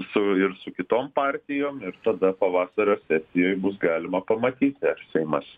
su ir su kitom partijom ir tada pavasario sesijoj bus galima pamatyti ar seimas